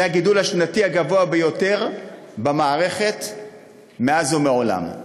זה הגידול השנתי הגבוה ביותר במערכת מאז ומעולם.